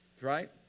right